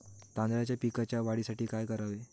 तांदळाच्या पिकाच्या वाढीसाठी काय करावे?